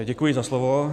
Děkuji za slovo.